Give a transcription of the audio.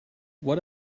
what